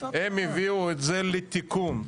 הם הביאו את זה לתיקון.